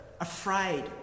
afraid